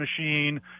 machine